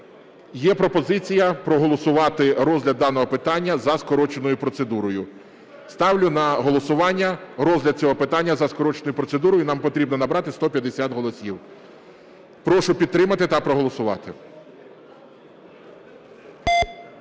Є пропозиція проголосувати розгляд даного питання за скороченою процедурою. Ставлю на голосування розгляд цього питання за скороченою процедурою, і нам потрібно набрати 150 голосів. Прошу підтримати та проголосувати.